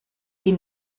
die